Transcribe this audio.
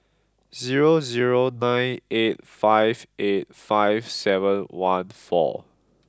zero zero nine eight five eight five seven one four